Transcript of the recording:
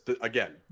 again